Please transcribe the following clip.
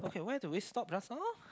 okay where do we stop just now